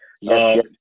yes